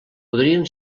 podrien